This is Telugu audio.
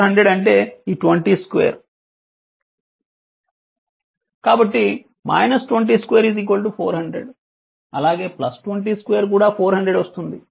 కాబట్టి 2 400 అలాగే 20 2 కూడా 400 వస్తుంది